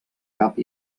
cap